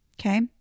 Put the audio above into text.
Okay